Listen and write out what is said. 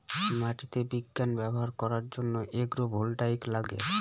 মাটিতে বিজ্ঞান ব্যবহার করার জন্য এগ্রো ভোল্টাইক লাগে